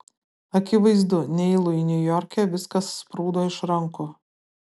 akivaizdu neilui niujorke viskas sprūdo iš rankų